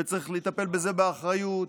וצריך לטפל בזה באחריות.